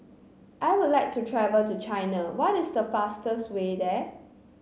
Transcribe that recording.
I would like to travel to China what is the fastest way there